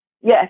Yes